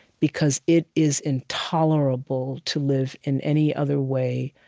because it is intolerable to live in any other way